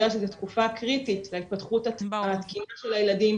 יודע שזו תקופה קריטית בהתפתחות התקינה של הילדים,